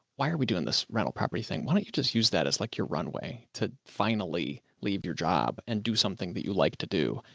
why are we doing this rental property thing? why don't you just use that as like your runway to finally leave your job and do something that you like to do?